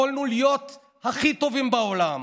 יכולנו להיות הכי טובים בעולם.